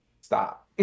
Stop